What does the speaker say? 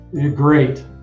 Great